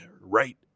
right